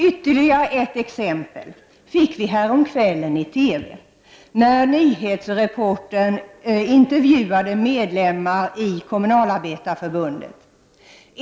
Ytterligare ett exempel fick vi häromkvällen i TV när nyhetsreportern intervjuade medlemmar i Kommunalarbetareförbundet.